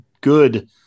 good